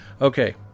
okay